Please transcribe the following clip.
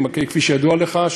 כפי שידוע לך,